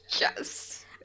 Yes